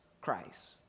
Christ